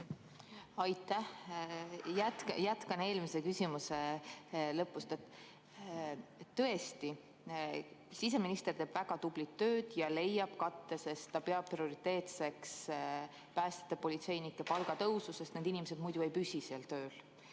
Aitäh! Jätkan eelmise küsimuse lõpust. Tõesti, siseminister teeb väga tublit tööd ja leiab katte, sest ta peab prioriteetseks päästjate-politseinike palga tõusu, sest need inimesed muidu ei püsi seal tööl.